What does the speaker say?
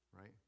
right